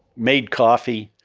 made coffee,